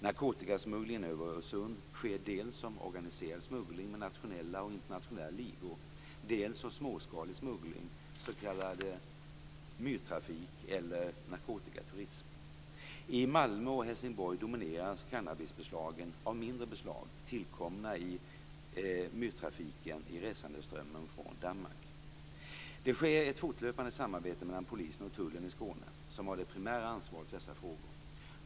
Narkotikasmugglingen över Öresund sker dels som organiserad smuggling med nationella och internationella ligor, dels som småskalig smuggling, s.k. myrtrafik eller narkotikaturism. I Malmö och Helsingborg domineras cannabisbeslagen av mindre beslag, tillkomna i "myrtrafiken" Det sker ett fortlöpande samarbete mellan polisen och tullen i Skåne, som har det primära ansvaret för dessa frågor.